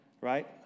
right